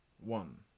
one